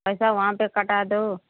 हाँ पैसा वहाँ पर कटा दो